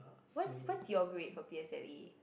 what's what's your grade for P_S_L_E